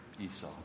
Esau